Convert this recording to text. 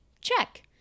Check